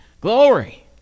Glory